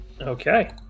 Okay